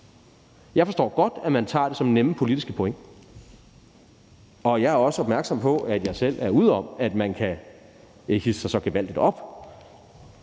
Jeg forstår godt, at man tager det som nemme politiske point, og jeg er også opmærksom på, at jeg selv er ude om, at man kan hidse sig så gevaldigt op.